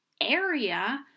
area